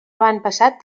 avantpassat